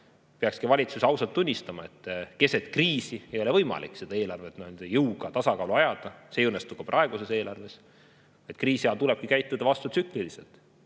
peakski valitsus ausalt tunnistama, et keset kriisi ei ole võimalik seda eelarvet jõuga tasakaalu ajada, ja see ei õnnestu ka praeguse eelarve puhul. Kriisi ajal tuleb käituda vastutsükliliselt.